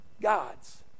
God's